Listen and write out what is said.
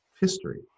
history